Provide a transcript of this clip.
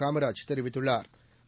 காமராஜ் தெரிவித்துள்ளாா்